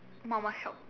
mama shop